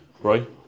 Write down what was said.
right